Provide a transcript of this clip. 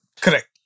Correct